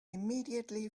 immediately